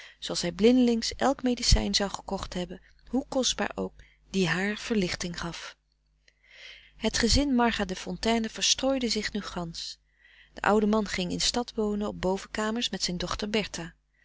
zooals hij blindlings elke medecijn zou gekocht hebben hoe kostbaar ook die haar verlichting gaf het gezin marga de fontayne verstrooide zich nu gansch de oude man ging in stad wonen op bovenkamers met zijn dochter